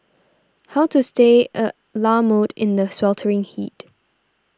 how to stay a la mode in the sweltering heat